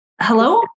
Hello